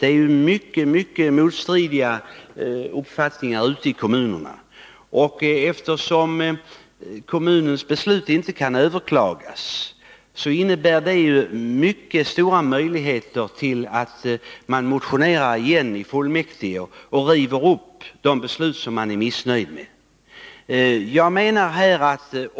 Det råder ju mycket motstridiga uppfattningar ute i kommunerna. Eftersom kommunens beslut inte kan överklagas, har man stora möjligheter att motionera på nytt i fullmäktige och riva upp de beslut som man är missnöjd med.